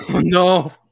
No